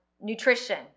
Nutrition